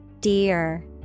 Dear